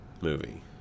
movie